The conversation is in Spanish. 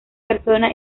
persona